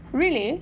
really